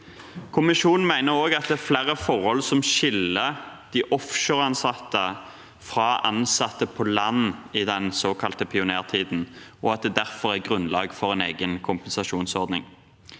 Kommisjonen mener også at det er flere forhold som skiller de offshoreansatte fra ansatte på land i den såkalte pionertiden, og at det derfor er grunnlag for en egen kompensasjonsordning.